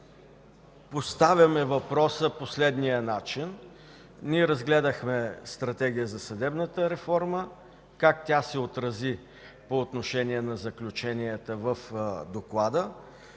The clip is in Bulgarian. Поставяме въпроса по следния начин: ние разгледахме Стратегия за съдебната реформа – как тя се отрази по отношение на заключенията в доклада?